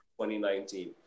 2019